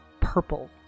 purple